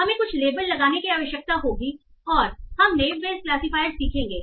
हमें कुछ लेबल लगाने की आवश्यकता होगी और हम नेव बेस क्लासिफायर सीखेंगे